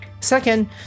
Second